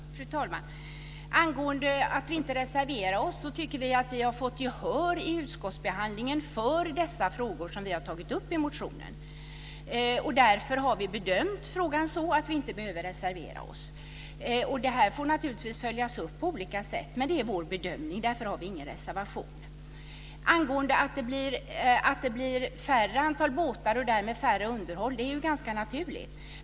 Fru talman! Anledningen till att vi inte har reserverat oss är att vi tycker att vi har fått gehör vid utskottsbehandlingen för de frågor som vi har tagit upp i motionen. Därför har vi gjort bedömningen att vi inte behöver reservera oss. Detta får naturligtvis följas upp på olika sätt. Men detta är vår bedömning, och därför har vi inte någon reservation. Att det blir ett mindre antal båtar och därmed mindre underhåll är ganska naturligt.